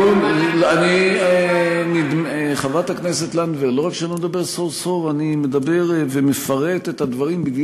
כי אתה מדבר סחור-סחור ואנחנו רוצים תשובה נורמלית.